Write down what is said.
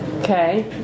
Okay